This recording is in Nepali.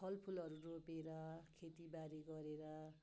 फलफुलहरू रोपेर खेतीबारी गरेर